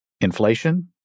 inflation